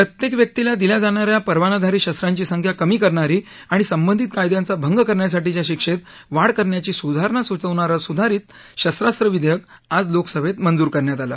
प्रत्येक व्यक्तीला दिल्या जाणाऱ्या परवानाधारी शस्त्रांची संख्या कमी करणारी आणि संबंधित कायद्याचा भंग करण्यासाठीच्या शिक्षेत वाढ करण्याची सुधारणा सुचवणारं सुधारित शस्त्रास्त्र विधेयक आज लोकसभेत मंजूर करण्यात आलं